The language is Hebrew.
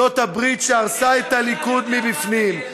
זאת הברית שהרסה את הליכוד מבפנים.